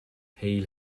hale